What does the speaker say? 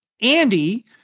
Andy